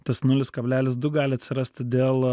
tas nulis kablelis du gali atsirasti dėl